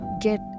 get